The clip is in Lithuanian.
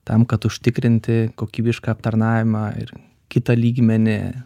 tam kad užtikrinti kokybišką aptarnavimą ir kitą lygmenį